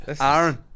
Aaron